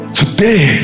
today